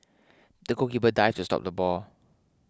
the goalkeeper dived to stop the ball